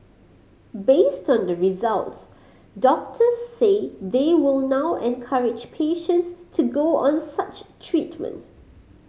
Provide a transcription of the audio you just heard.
based on the results doctors say they will now encourage patients to go on such treatment